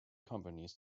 companies